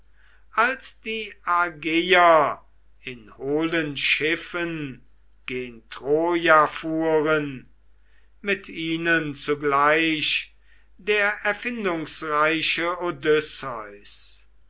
als die argeier in hohlen schiffen gen troja fuhren mit ihnen zugleich der erfindungsreiche